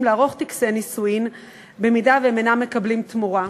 לערוך טקסי נישואים אם הם אינם מקבלים תמורה,